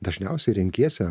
dažniausiai renkiesi